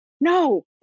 no